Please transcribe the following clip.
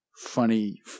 funny